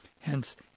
hence